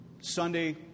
Sunday